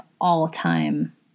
all-time